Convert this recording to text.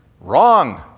Wrong